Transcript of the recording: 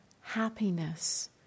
happiness